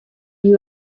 you